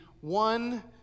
one